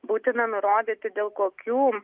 būtina nurodyti dėl kokių